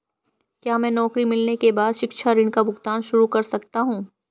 क्या मैं नौकरी मिलने के बाद शिक्षा ऋण का भुगतान शुरू कर सकता हूँ?